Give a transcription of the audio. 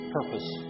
purpose